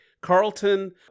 Carlton